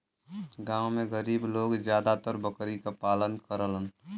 गांव में गरीब लोग जादातर बकरी क पालन करलन